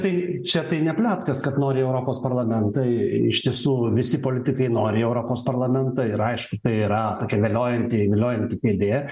tai čia tai ne pletkas kad nori į europos parlamentą iš tiesų visi politikai nori į europos parlamentą ir aišku tai yra tokia viliojanti viliojanti kėdė